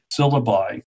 syllabi